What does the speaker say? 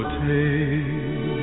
take